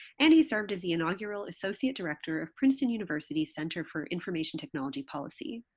and he served as the inaugural associate director of princeton university center for information technology policy.